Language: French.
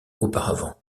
auparavant